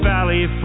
Valley